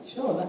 Sure